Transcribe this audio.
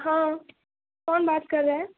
ہاں کون بات کر رہے ہیں